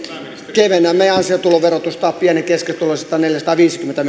kevennämme ansiotuloverotusta pieni ja keskituloisilta neljäsataaviisikymmentä